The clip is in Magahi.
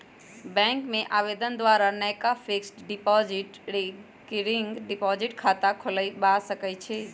बैंक में आवेदन द्वारा नयका फिक्स्ड डिपॉजिट, रिकरिंग डिपॉजिट खता खोलबा सकइ छी